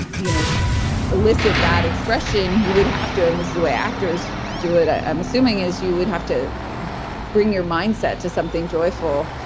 you know elicit that expression you would have to, and this is the way actors do it, i'm assuming is, you would have to bring your mindset to something joyful,